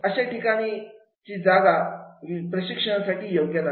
अशी विशिष्ट जागा प्रशिक्षणासाठी योग्य नाही